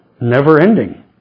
never-ending